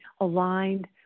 aligned